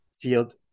field